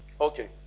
Okay